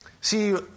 See